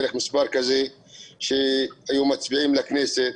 בערך מספר כזה שהיו מצביעים לכנסת.